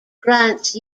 grants